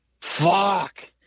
fuck